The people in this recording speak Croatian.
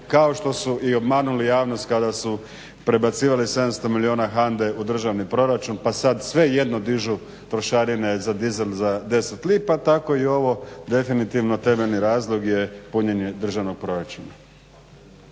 kao što su i obmanuli javnost kada su prebacivali 700 milijuna HANDA-e u državni proračun pa sad svejedno dižu trošarine za dizel za 10 lipa, tako i ovo definitivno temeljni razlog je punjenje državnog proračuna.